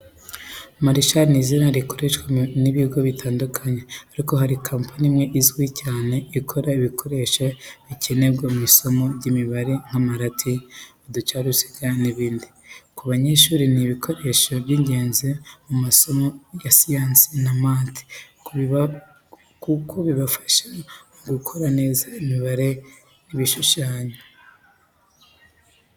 Marshal ni izina rikoreshwa n’ibigo bitandukanye, ariko hari company imwe izwi cyane ikora ibikoresho bikenerwa mu isomo ry’imibare nk’amarati, uducaruziga n’ibindi. Ku banyeshuri ni ibikoresho by’ingenzi mu masomo ya siyansi na math, kuko bifasha mu gukora neza imibare n’ibishushanyo.